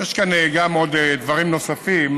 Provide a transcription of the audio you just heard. יש כאן גם דברים נוספים.